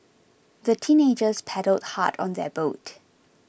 the teenagers paddled hard on their boat